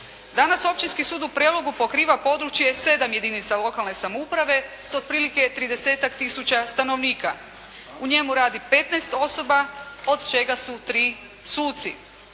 Danas Općinski sud u Prelogu pokriva područje 7 jedinca lokalne samouprave s otprilike 30-tak tisuća stanovnika. U njemu radi 15 osoba, od čega su 3 suci.